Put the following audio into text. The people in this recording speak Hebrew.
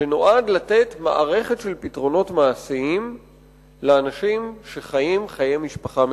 שנועד לתת מערכת של פתרונות מעשיים לאנשים שחיים חיי משפחה משותפים.